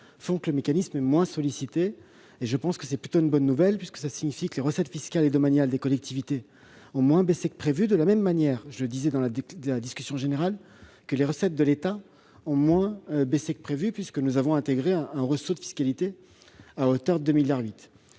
que le mécanisme soit moins sollicité. C'est plutôt une bonne nouvelle, puisque cela signifie que les recettes fiscales et domaniales des collectivités ont moins baissé que nous ne l'avions craint. De même, comme je l'ai dit dans la discussion générale, les recettes de l'État ont moins baissé que prévu, puisque nous avons intégré un ressaut de fiscalité à hauteur de 2,8 milliards